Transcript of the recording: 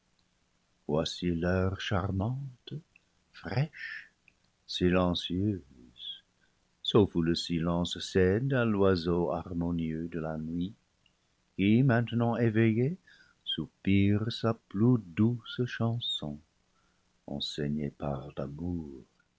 voici l'heure charmante fraîche silencieuse sauf où le silence cède à l'oiseau harmonieux de la nuit qui maintenant éveillé sou pire sa plus douce chanson enseignée par l'amour